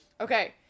okay